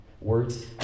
words